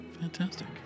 fantastic